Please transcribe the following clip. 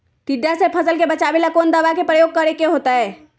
टिड्डा से फसल के बचावेला कौन दावा के प्रयोग करके होतै?